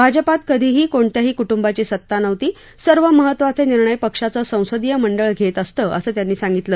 भाजपात कधीही कोणत्याही कुटुंबाची सत्ता नव्हती सर्व महत्त्वाचे निर्णय पक्षाचं संसदीय मंडळ घेत असतं असं त्यांनी सांगितलं